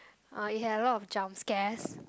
uh it had a lot of jump scares